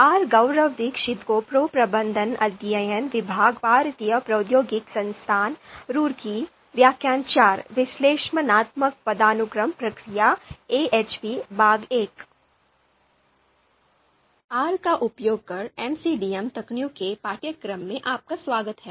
are का उपयोग कर एमसीडीएम तकनीकों के पाठ्यक्रम में आपका स्वागत है